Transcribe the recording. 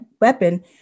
weapon